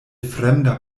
fremda